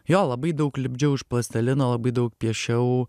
jo labai daug lipdžiau iš plastilino labai daug piešiau